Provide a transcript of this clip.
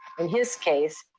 in his case,